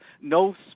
no